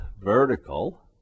vertical